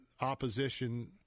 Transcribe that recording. opposition